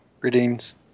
Greetings